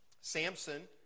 Samson